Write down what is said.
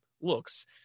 looks